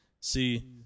See